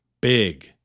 big